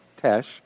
Tesh